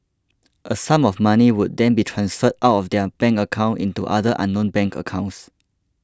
a sum of money would then be transferred out of their bank account into other unknown bank accounts